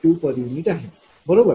uआहे बरोबर